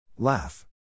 Laugh